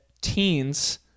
teens